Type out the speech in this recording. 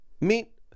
Meet